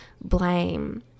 blame